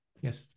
Yes